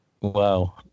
Wow